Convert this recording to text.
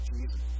Jesus